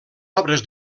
obres